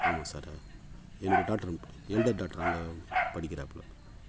ஆமாம் சாரு என்னுடைய daughter elder daughter அங்கே படிக்கிறாப்பில